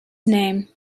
name